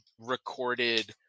recorded